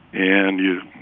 and, you